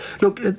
Look